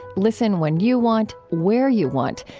listen when you want, where you want.